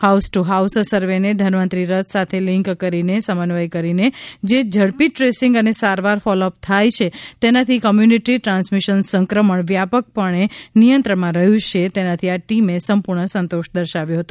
house to house સર્વેને ધન્વંતરી રથ સાથે લિંક કરીને સમન્વય કરીને જે ઝડપી દ્રેસિંગ અને સારવાર ફોલો અપ થાય છે તેનાથી કોમ્યુનિટી ટ્રાન્સમિશન સંક્રમણ વ્યાપકપણ નિયંત્રણમાં રહ્યું છે તેનાથી આ ટીમે સંપૂર્ણ સંતોષ દર્શાવ્યો હતો